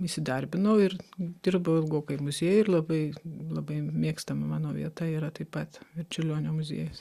įsidarbinau ir dirbau ilgokai muziejuj ir labai labai mėgstama mano vieta yra taip pat čiurlionio muziejus